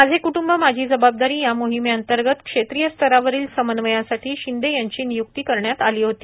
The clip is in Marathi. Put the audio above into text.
माझे कुटुंब माझी जबाबदारी या मोहिमेअंतर्गत क्षेत्रिय स्तरावरील समन्वयासाठी शिंदे यांची निय्क्ती करण्यात आली होती